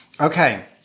Okay